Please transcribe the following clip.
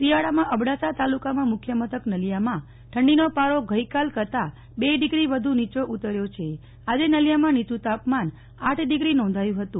શિયાળામાં અબડાસા તાલુકામાં મુખ્ય મથક નલિયામાં ઠંડીનો પારો ગઈ કાલ કરતા બે ડીગ્રી વધુ નીચો ઉતર્યો છે આજે નલિયામાં નીયું તાપમાન આઠ ડીગ્રી નોંધાયું હતું